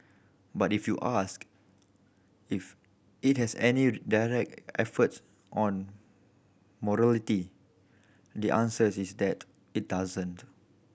but if you ask if it has any direct efforts on mortality the answer is that it doesn't